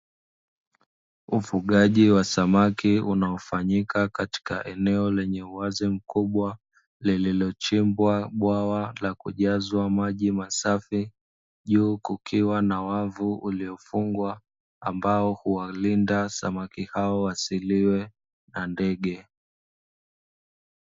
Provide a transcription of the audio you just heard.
Ufugaji wa samaki unaofanyika katika eneo lenye uwazi mkubwa, lililochimbwa bwawa la kujazwa maji masafi. Juu kukiwa na wavu uliofungwa ambao huwalinda samaki hao wasiliwe na ndege.